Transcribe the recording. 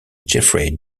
jeffrey